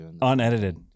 Unedited